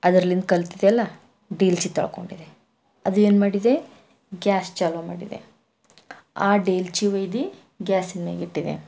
ಅದ್ರಲ್ಲಿದ್ದ ಕಲ್ತಿದ್ದೆಲ್ಲ ದೇಲ್ಚಿ ತೊಳ್ಕೊಂಡಿದ್ದೆ ಅದು ಏನು ಮಾಡಿದೆ ಗ್ಯಾಸ್ ಚಾಲೂ ಮಾಡಿದೆ ಆ ದೇಲ್ಚಿ ಒಯ್ದು ಗ್ಯಾಸ್ ಮ್ಯಾಗೆ ಇಟ್ಟಿದೆ